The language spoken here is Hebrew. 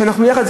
שאנחנו יחד,